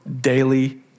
daily